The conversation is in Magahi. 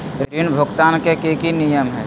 ऋण भुगतान के की की नियम है?